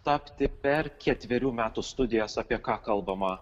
tapti per ketverių metų studijas apie ką kalbama